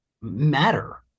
matter